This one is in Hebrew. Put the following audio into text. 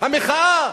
המחאה,